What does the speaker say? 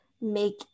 make